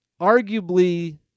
arguably